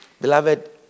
Beloved